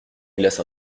glace